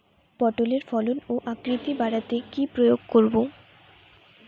পটলের ফলন ও আকৃতি বাড়াতে কি প্রয়োগ করব?